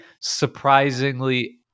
surprisingly